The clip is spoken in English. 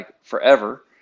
forever